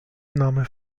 name